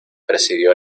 presidió